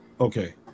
Okay